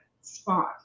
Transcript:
spot